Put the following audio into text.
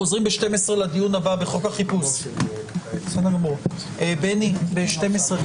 הישיבה ננעלה בשעה 11:29.